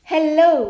Hello